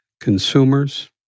Consumers